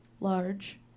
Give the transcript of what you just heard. large